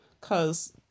Cause